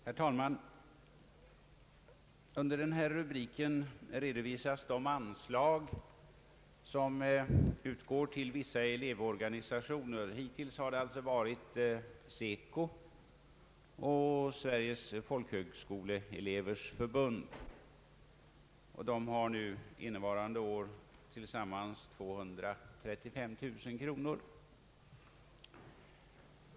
Herr talman! Under förevarande rubrik redovisas det anslag som utgår till vissa elevorganisationer. Hittills har bidrag utgått till SECO och till Sveriges folkhögskolelevers förbund, som för innevarande år tillsammans erhållit 235 000 kronor.